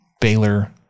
Baylor